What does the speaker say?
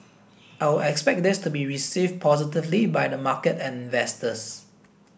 I would expect this to be received positively by the market and investors